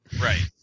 Right